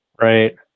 Right